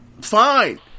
fine